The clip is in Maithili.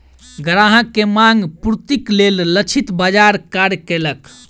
ग्राहक के मांग पूर्तिक लेल लक्षित बाजार कार्य केलक